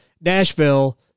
Nashville